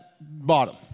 bottom